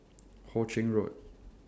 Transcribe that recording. Ho Ching Road